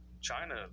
China